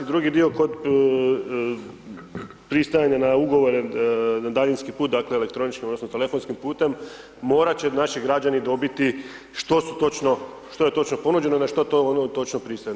Drugi dio, kod pristajanja na ugovore na daljinski put, dakle elektroničkim odnosno telefonskim putem, morat će naši građani dobiti što su točno, što je točno ponuđeno i na što točno pristaju.